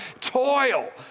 toil